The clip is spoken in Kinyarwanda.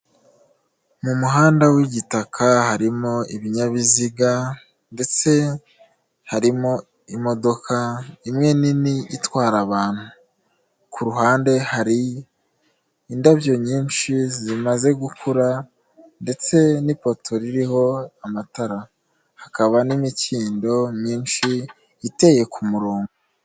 Mu muhanda w'igitaka harimo ibinyabiziga ndetse harimo imodoka imwe nini itwara abantu, ku ruhande hari indabyo nyinshi zimaze gukura ndetse n'ipoto ririho amatara, hakaba n'imikindo myinshi iteye ku ku murongo.